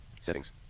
Settings